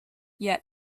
yet